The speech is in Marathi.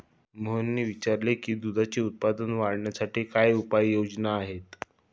मोहनने विचारले की दुधाचे उत्पादन वाढवण्यासाठी काय उपाय योजना आहेत?